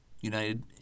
United